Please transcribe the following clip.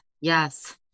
yes